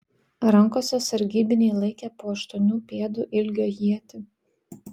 rankose sargybiniai laikė po aštuonių pėdų ilgio ietį